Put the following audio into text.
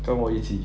跟我一起